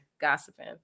gossiping